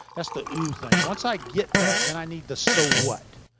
that's the oo thing. once i get that, then i need the so what.